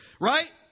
right